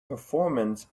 performance